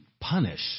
punish